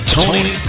Tony